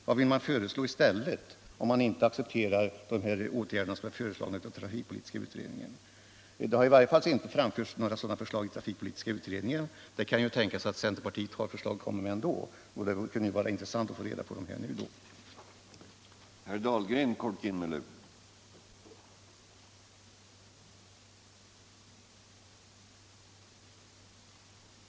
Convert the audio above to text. Vad vill man föreslå, om man inte accepterar de åtgärder som trafikpolitiska utredningen kommit fram till? Centern har i varje fall inte framfört några sådana förslag i trafikpolitiska utredningen. Men det kan ju tänkas att centerpartiet har förslag att komma med ändå, och det kunde vara intressant att nu få reda på vilka de är.